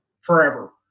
forever